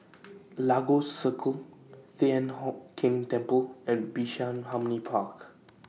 Lagos Circle Thian Hock Keng Temple and Bishan Harmony Park